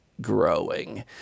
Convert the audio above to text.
growing